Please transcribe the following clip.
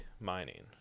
mining